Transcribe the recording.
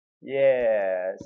yes